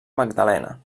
magdalena